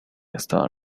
estaba